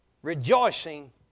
Rejoicing